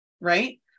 right